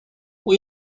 اون